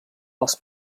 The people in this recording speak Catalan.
els